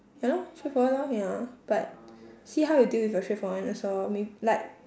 ya lor straightforward lor ya but see how you deal with your straightforwardness lor may~ like